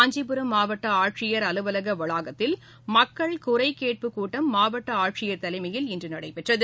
காஞ்சிபுரம் மாவட்ட ஆட்சியர் அலுவலக வளாகத்தில் மக்கள் குறை கேட்பு கூட்டம் மாவட்ட ஆட்சியர் தலைமையில் இன்று நடைபெற்றது